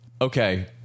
Okay